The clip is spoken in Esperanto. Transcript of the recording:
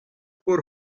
por